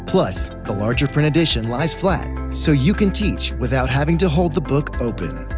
plus, the larger print edition lies flat, so you can teach without having to hold the book open.